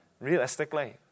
Realistically